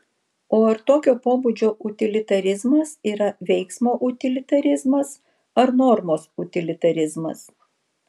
o ar tokio pobūdžio utilitarizmas yra veiksmo utilitarizmas ar normos utilitarizmas